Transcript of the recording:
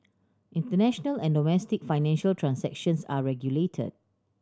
international and domestic financial transactions are regulated